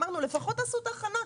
אמרנו: לפחות תעשו את ההכנה,